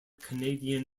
canadian